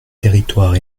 territoires